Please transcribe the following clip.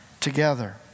together